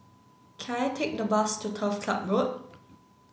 can I take a bus to Turf Ciub Road